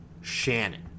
Shannon